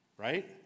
Right